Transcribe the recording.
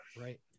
Right